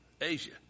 Asia